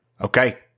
Okay